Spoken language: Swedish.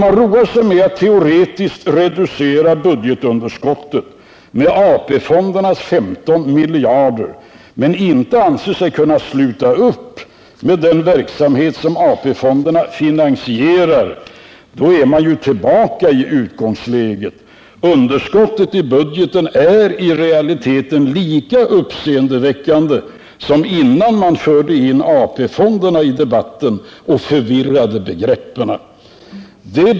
Roar man sig med att teoretiskt reducera budgetunderskottet med AP fondernas 15 miljarder men inte anser sig kunna sluta med den verksamhet som AP-fonderna finansierar, är man ju tillbaka i utgångsläget. Underskottet i budgeten är i realiteten lika uppseendeväckande som innan man förde in AP-fonderna i debatten och förvirrade begreppen.